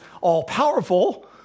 all-powerful